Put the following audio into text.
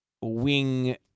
wing